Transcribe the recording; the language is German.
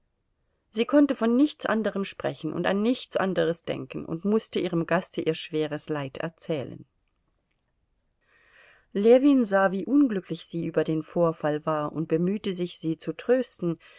sie konnte von nichts anderem sprechen und an nichts anderes denken und mußte ihrem gaste ihr schweres leid erzählen ljewin sah wie unglücklich sie über den vorfall war und bemühte sich sie zu trösten